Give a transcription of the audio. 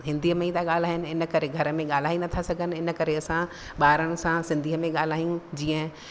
हिंदीअ में ई था ॻाल्हाइनि इन करे घर में ॻाल्हाए ई न था सघनि इन करे असां ॿारनि सां सिंधीअ में ॻाल्हायूं जीअं